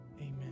Amen